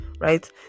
Right